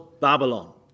Babylon